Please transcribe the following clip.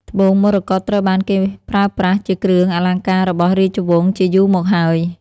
ត្បូងមរកតត្រូវបានគេប្រើប្រាស់ជាគ្រឿងអលង្ការរបស់រាជវង្សជាយូរមកហើយ។